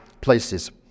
places